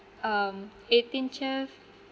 um eighteen chef